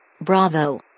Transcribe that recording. Bravo